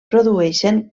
produeixen